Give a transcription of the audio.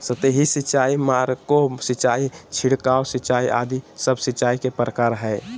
सतही सिंचाई, माइक्रो सिंचाई, छिड़काव सिंचाई आदि सब सिंचाई के प्रकार हय